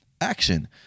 action